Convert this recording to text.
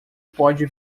pode